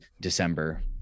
December